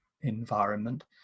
environment